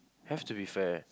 have to be fair